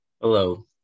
Hello